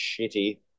shitty